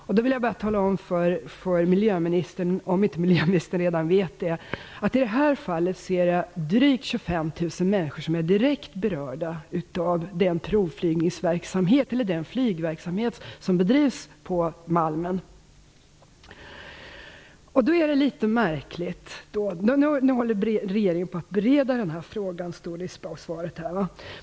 Jag vill tala om för miljöministern, om miljöministern inte redan vet det, att i det här fallet är drygt 25 000 människor direkt berörda av den provflygningsverksamhet som bedrivs vid Malmslätt. Det står i svaret att regeringen håller på att bereda den här frågan.